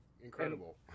incredible